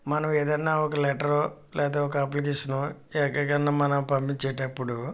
మనం ఏదన్న ఒక లెటర్ లేదా ఒక అప్లికేషను ఎక్కడికైనా మనం పంపించేటప్పుడు